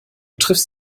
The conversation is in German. triffst